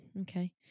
Okay